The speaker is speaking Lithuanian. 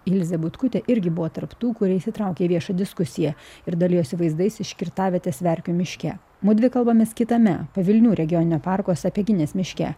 ilzė butkutė irgi buvo tarp tų kurie įsitraukė į viešą diskusiją ir dalijosi vaizdais iš kirtavietės verkių miške mudvi kalbamės kitame pavilnių regioninio parko sapieginės miške